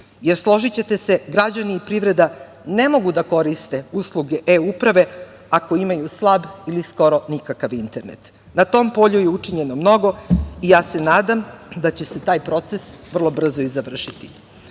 jer složićete se, građani i privreda, ne mogu da koriste usluge e uprave, ako imaju slab ili skoro nikakav internet. Na tom polju je učinjeno mnogo, i ja se nadam da će se taj proces vrlo brzo i završiti.I